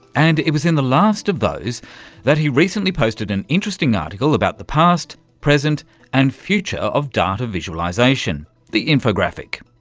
and it was in the last of those that he recently posted an interesting article about the past, present and future of data visualisation the infographic.